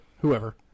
Whoever